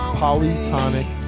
polytonic